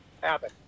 happen